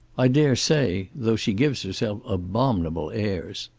i dare say though she gives herself abominable airs.